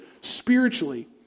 spiritually